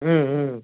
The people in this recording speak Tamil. ம் ம்